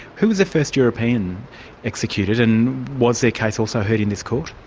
who was the first european executed, and was their case also heard in this court?